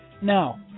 No